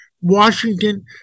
Washington